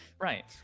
Right